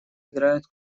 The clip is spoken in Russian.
играют